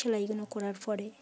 সেলাইগুলো করার পরে